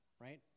right